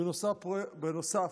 בנוסף,